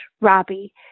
Robbie